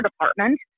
department